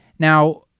Now